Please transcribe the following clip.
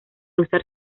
usar